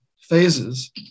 phases